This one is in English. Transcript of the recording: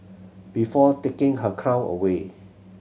before taking her crown away